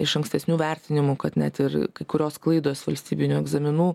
iš ankstesnių vertinimų kad net ir kai kurios klaidos valstybinių egzaminų